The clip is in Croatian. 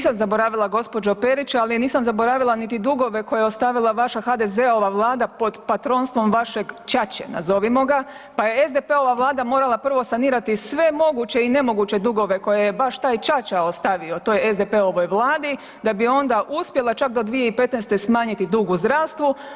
Nisam zaboravila gospođo Perić, ali nisam zaboravila niti dugova koje je ostavila vaša HDZ-ova vlada pod patronstvom vašeg Ćaće nazovimo ga, pa je SDP-ova vlada morala prvo sanirati sve moguće i nemoguće koje je baš taj Ćaća ostavio toj SDP-ovoj vladi da bi onda uspjela čak do 2015. smanjiti dug u zdravstvu.